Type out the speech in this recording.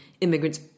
immigrants